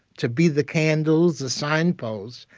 to be the candles, the signposts,